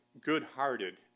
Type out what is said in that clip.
good-hearted